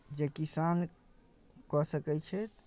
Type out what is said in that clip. जे किसान कऽ सकै छै